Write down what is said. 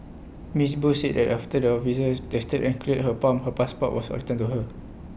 miss Bose said that after the officers tested and cleared her pump her passport was returned to her